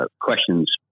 questions